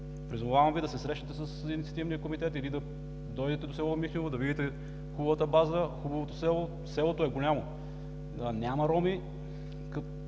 призовавам Ви да се срещнете с Инициативния комитет или да дойдете до село Михнево, да видите хубавата база, хубавото село – селото е голямо, няма роми.